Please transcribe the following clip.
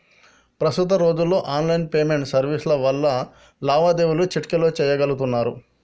ప్రస్తుత రోజుల్లో online payment సర్వీసుల వల్ల లావాదేవీలు చిటికెలో చెయ్యగలుతున్నరు